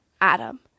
Adam